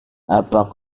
apa